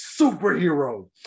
superhero